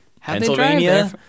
Pennsylvania